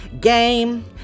game